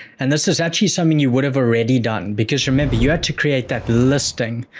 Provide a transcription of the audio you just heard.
and this is actually something you would have already done, because remember you had to create that listing.